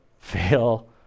Fail